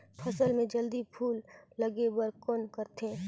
फसल मे जल्दी फूल लगे बर कौन करथे?